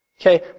Okay